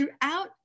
Throughout